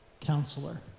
Counselor